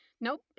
nope